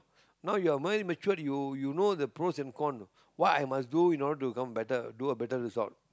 now you're ma~ matured you you know the pros and cons no what I must do in order to become better do a better result